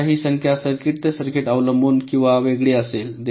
आता ही संख्या सर्किट ते सर्किट पर्यंत अवलंबून किंवा वेगळी असेल